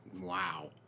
Wow